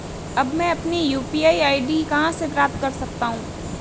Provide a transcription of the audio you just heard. अब मैं अपनी यू.पी.आई आई.डी कहां से प्राप्त कर सकता हूं?